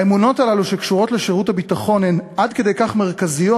האמונות הללו שקשורות לשירות הביטחון הן עד כדי כך מרכזיות,